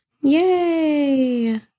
Yay